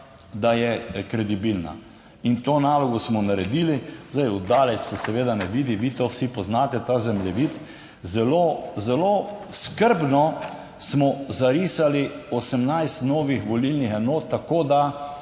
da je kredibilna in to nalogo smo naredili. Zdaj, od daleč se seveda ne vidi, vi to vsi poznate, ta zemljevid. / pokaže zboru/ Zelo, zelo skrbno smo zarisali 18 novih volilnih enot tako, da